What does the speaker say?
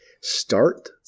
Start